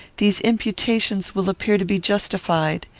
these imputations will appear to be justified.